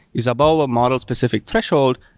is above a model specific threshold,